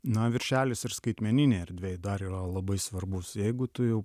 na viršelis ir skaitmeninėj erdvėj dar yra labai svarbus jeigu tu jau